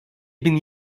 bin